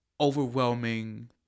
overwhelming